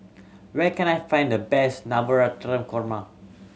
where can I find the best Navratan Korma